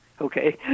Okay